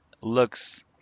looks